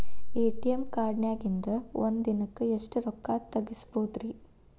ATM ಕಾರ್ಡ್ನ್ಯಾಗಿನ್ದ್ ಒಂದ್ ದಿನಕ್ಕ್ ಎಷ್ಟ ರೊಕ್ಕಾ ತೆಗಸ್ಬೋದ್ರಿ?